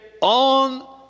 on